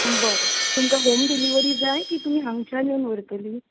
बरें तुमकां home delivery जाय की तुमी हांगच्यान येवन व्हरतली